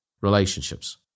relationships